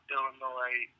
Illinois